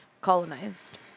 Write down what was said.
colonized